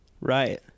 Right